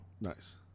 Nice